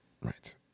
right